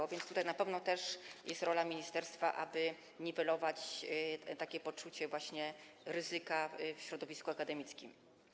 Tak więc tutaj na pewno też jest rola ministerstwa, aby niwelować takie poczucie ryzyka w środowisku akademickim.